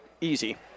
Easy